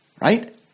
right